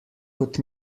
kot